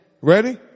Ready